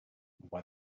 why